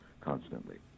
constantly